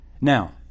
Now